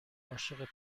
عاشق